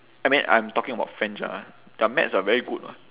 I mean I'm talking about french ah their maths are very good lah